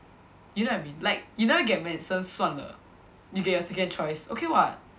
you know what I mean like you never get medicine 算了 you get your second choice okay [what]